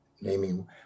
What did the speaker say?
naming